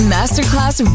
Masterclass